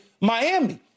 Miami